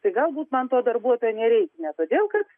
tai galbūt man to darbuotojo nereik ne todėl kad